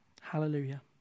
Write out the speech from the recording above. Hallelujah